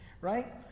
right